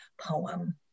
poem